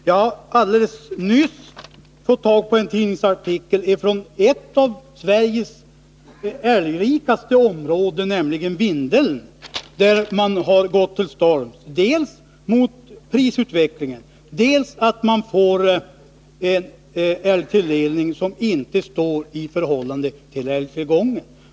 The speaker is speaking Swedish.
Jag har alldeles nyss fått tag på en tidningsartikel från ett av Sveriges älgrikaste områden, nämligen Vindeln, där man har gått till storms dels mot prisutvecklingen, dels mot att man får en älgtilldelning som inte står i förhållande till älgtillgången.